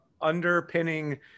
underpinning